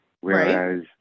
whereas